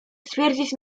stwierdzić